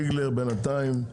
בינתיים,